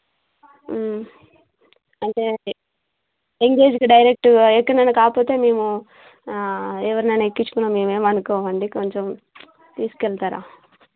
అంటే ఎంగేజ్కి డైరెక్ట్ ఎక్కడనన్నా కాకపోతే మేము ఎవరినన్నా ఎక్కించుకున్న మేమేమి అనుకోమండి కొంచం తీసుకెళ్తారా